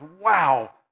wow